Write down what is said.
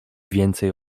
więcej